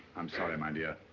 i'm sorry, my dear.